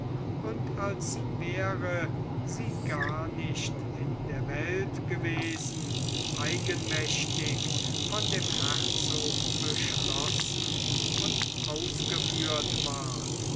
und als wäre sie gar nicht in der welt gewesen eigenmächtig von dem herzog beschlossen und ausgeführt ward